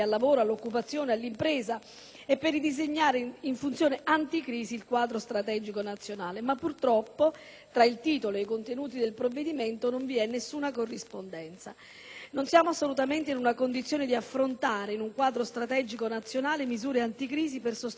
e per ridisegnare in funzione anti-crisi il quadro strategico nazionale» ma, purtroppo, tra il titolo e i contenuti del provvedimento non vi è alcuna corrispondenza. Non siamo assolutamente in condizione di affrontare in un quadro strategico nazionale misure anticrisi per sostenere famiglie, lavoro ed imprese.